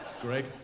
Greg